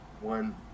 one